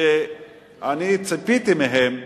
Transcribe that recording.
שאני ציפיתי מהם,